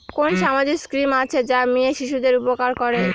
কোন সামাজিক স্কিম আছে যা মেয়ে শিশুদের উপকার করে?